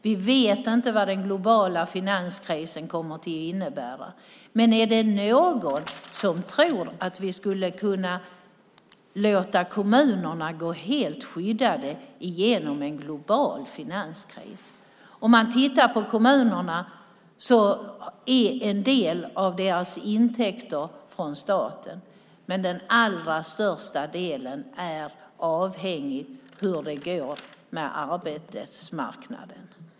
Vi vet inte vad den globala finanskrisen kommer att innebära, men finns det någon som tror att vi skulle kunna låta kommunerna gå helt skyddade igenom en global finanskris? En del av kommunernas intäkter kommer från staten, men den allra största delen är avhängig av hur det går med arbetsmarknaden.